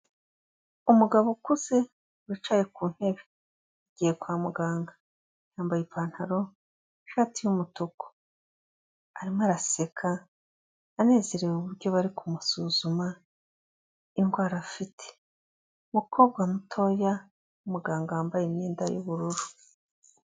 Umugabo ukuze wicaye ku ntebe agiye kwa muganga, yambaye ipantaro, ishati y'umutuku, arimo araseka anezerewe uburyo bari kumusuzuma indwara afite, umukobwa mutoya w'umuganga wambaye imyenda y'ubururu.